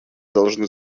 должны